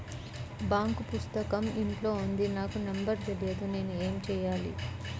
Bank పుస్తకం ఇంట్లో ఉంది నాకు నంబర్ తెలియదు నేను ఏమి చెయ్యాలి?